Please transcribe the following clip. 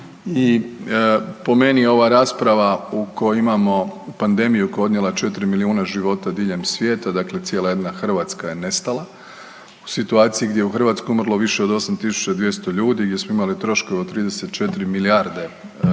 i po meni ova rasprava u kojoj imamo pandemiju koja je odnijela 4 milijuna života diljem svijeta, dakle cijela jedna Hrvatska je nestala, u situaciji gdje je u Hrvatskoj umrlo više od 8.200 ljudi i gdje smo imali troškove od 34 milijarde kuna